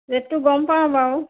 ৰেটটো গম পাওঁ বাৰু